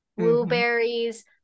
blueberries